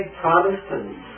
Protestants